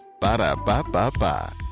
Ba-da-ba-ba-ba